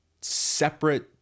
separate